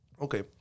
okay